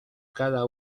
cada